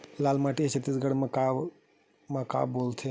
लाल माटी ला छत्तीसगढ़ी मा का बोलथे?